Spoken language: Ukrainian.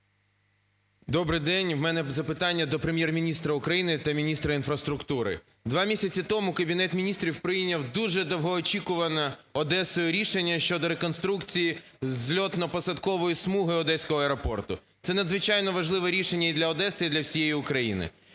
Добрий день! У мене запитання до Прем’єр-міністра України та міністра інфраструктури. Два місяці тому Кабінет Міністрів прийняв дуже довгоочікуване Одесою рішення щодо реконструкції злітно-посадкової смуги Одеського аеропорту. Це надзвичайно важливе рішення і для Одеси, і для всієї України.